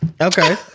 Okay